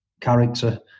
character